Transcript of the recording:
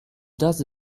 does